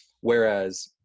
Whereas